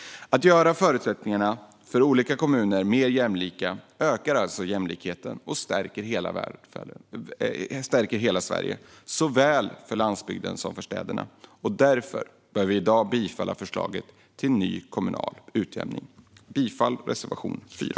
Att göra förutsättningarna för olika kommuner mer jämlika ökar alltså jämlikheten och stärker hela Sverige, såväl landsbygden som städerna. Därför bör vi i dag bifalla förslaget till ny kommunal utjämning. Jag yrkar bifall till reservation 4.